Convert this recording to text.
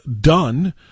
done